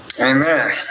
Amen